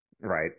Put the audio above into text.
Right